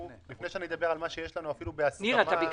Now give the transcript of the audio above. מה שיש לנו בהסכמה,